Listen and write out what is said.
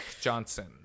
johnson